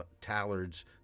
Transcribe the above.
Tallard's